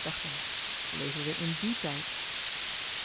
dacht hij leven we in dien tijd